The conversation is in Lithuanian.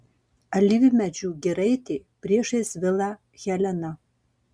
alyvmedžių giraitė priešais vilą helena